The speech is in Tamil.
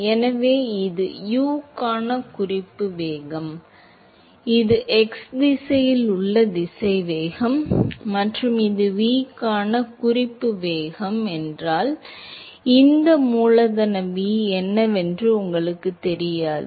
எனவே இது U க்கான குறிப்பு வேகம் இது x திசையில் உள்ள திசைவேகம் மற்றும் இது V க்கான குறிப்பு வேகம் என்றால் இந்த மூலதன V என்னவென்று உங்களுக்குத் தெரியாது